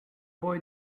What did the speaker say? boy